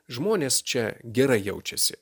žmonės čia gerai jaučiasi